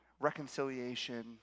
reconciliation